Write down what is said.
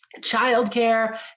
childcare